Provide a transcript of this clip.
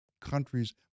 countries